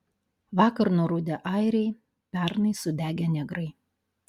vakar nurudę airiai pernai sudegę negrai